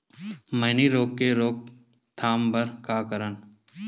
मैनी रोग के रोक थाम बर का करन?